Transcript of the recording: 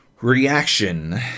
reaction